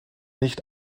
nicht